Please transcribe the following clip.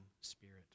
spirit